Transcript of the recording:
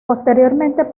posteriormente